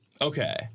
Okay